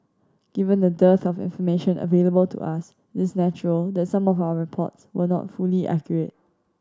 given the dearth of information available to us it's natural that some of our reports were not fully accurate